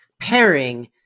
pairing